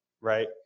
right